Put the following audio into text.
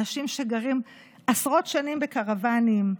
אנשים שגרים עשרות שנים בקרוואנים.